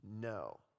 No